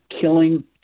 killing